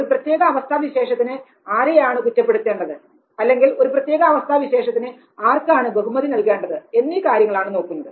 ഒരു പ്രത്യേക അവസ്ഥാവിശേഷത്തിന് ആരെയാണ് കുറ്റപ്പെടുത്തേണ്ടത് അതല്ലെങ്കിൽ ഒരു പ്രത്യേക അവസ്ഥാവിശേഷത്തിന് ആർക്കാണ് ബഹുമതി നൽകേണ്ടത് എന്നീ കാര്യങ്ങളാണ് നോക്കുന്നത്